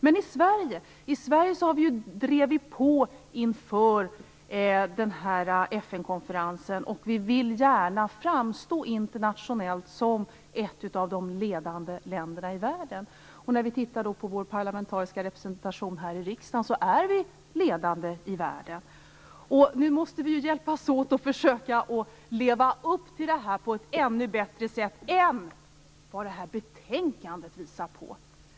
Men i Sverige drev vi på inför FN-konferensen, och Sverige vill gärna framstå internationellt som ett av de ledande länderna i världen på området. När man tittar på den parlamentariska representationen här i riksdagen är Sverige ledande i världen. Så nu måste vi försöka hjälpas åt att leva upp till detta på ett ännu bättre sätt än vad det här betänkandet visar på.